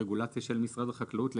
הרגולטור הוא זה שמקבל את ההחלטות.